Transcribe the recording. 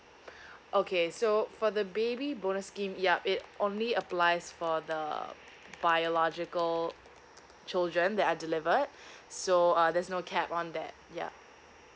okay so for the baby bonus scheme yup it only applies for the biological children that are delivered so uh there's no cap on that yup